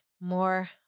more